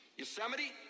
Yosemite